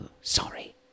sorry